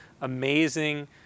amazing